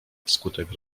wskutek